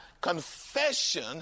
confession